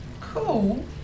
cool